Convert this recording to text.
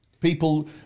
People